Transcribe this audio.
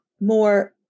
more